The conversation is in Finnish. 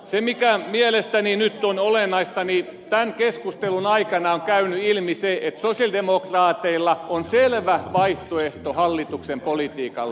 se mikä mielestäni nyt on olennaista ja mikä tämän keskustelun aikana on käynyt ilmi on se että sosialidemokraateilla on selvä vaihtoehto hallituksen politiikalle